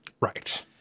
Right